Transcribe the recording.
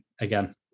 again